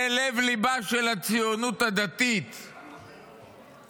לב-ליבה של הציונות הדתית זה